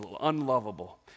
unlovable